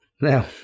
Now